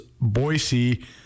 Boise